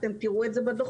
אתם תראו את זה בדוחות.